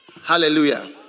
Hallelujah